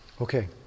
Okay